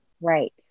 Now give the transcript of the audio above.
Right